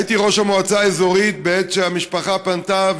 הייתי ראש המועצה האזורית בעת שהמשפחה פנתה,